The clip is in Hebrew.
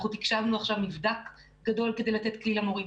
אנחנו תקשבנו עכשיו מבדק גדול כדי לתת כלי למורים.